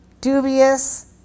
dubious